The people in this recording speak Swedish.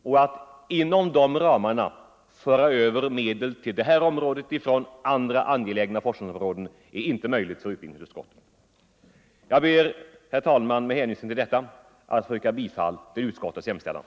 Att vi inom de ramarna nu skulle omfördela medel = förlossning är inte möjligt. Jag ber, herr talman, att få yrka bifall till utskottets hemställan.